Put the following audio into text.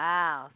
Wow